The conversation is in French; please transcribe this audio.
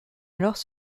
alors